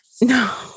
no